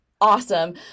awesome